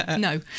no